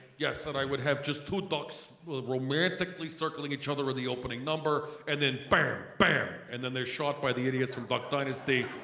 yes and i would have just two ducks romantically circling each other in ah the opening number and then bam, bam and then they're shot by the idiots from duck dynasty